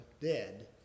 dead